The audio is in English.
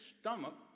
stomach